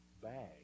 bag